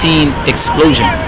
explosion